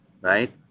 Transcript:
right